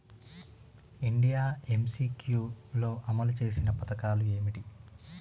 India MCQ లో అమలు చేసిన పథకాలు ఏమిటి?